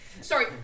sorry